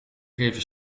geven